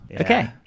Okay